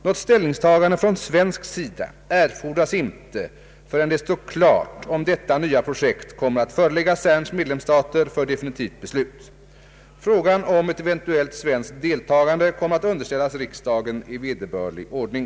Något ställningstagande från svensk sida erfordras inte förrän det står klart om detta nya projekt kommer att föreläggas CERN:s medlemsstater för definitivt beslut. Frågan om ett eventuellt svenskt deltagande kommer att underställas riksdagen i vederbörlig ordning.